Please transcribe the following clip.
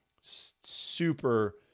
Super